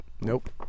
nope